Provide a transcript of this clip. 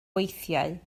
weithiau